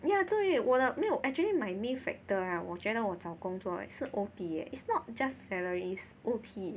ya 对我的没有 actually my main factor right 我觉得我找工作是 O_T eh it's not just salaries O_T